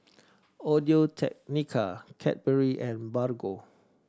Audio Technica Cadbury and Bargo